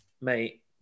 mate